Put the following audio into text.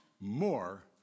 more